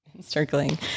circling